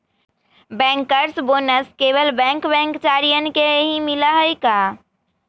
Bankers bonus केवल bank कर्मचारियन के ही मिला हई का?